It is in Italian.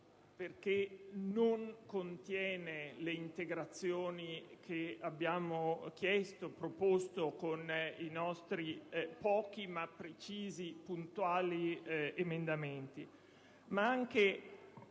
perché non contiene le integrazioni che abbiamo chiesto e proposto con i nostri pochi ma precisi e puntuali emendamenti, bensì anche